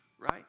right